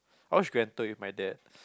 I watched grand tour with my dad